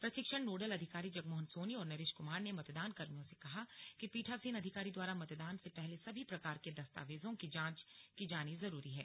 प्रशिक्षण नोडल अधिकारी जगमोहन सोनी और नरेश कुमार ने मतदान कार्मियों से कहा कि पीठासीन अधिकारी द्वारा मतदान से पहले सभी प्रकार के दस्तावेजों की जांच की जानी जरूरी है